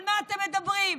על מה אתם מדברים?